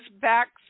back